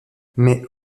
mais